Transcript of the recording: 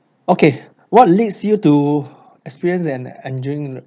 okay what leads you to experience and enduring